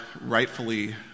rightfully